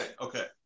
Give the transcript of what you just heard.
okay